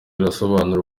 irasobanura